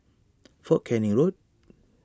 fort Canning Road